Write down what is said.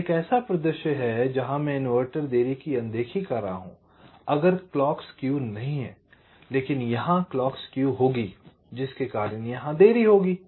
यह एक ऐसा परिदृश्य है जहां मैं इन्वर्टर देरी की अनदेखी कर रहा हूं अगर क्लॉक स्केव नहीं है लेकिन यहां क्लॉक स्केव होगी जिसके कारण यहां देरी होगी